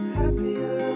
happier